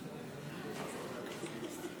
חבריי חברי הכנסת, "טוב ללכת אל בית אבל",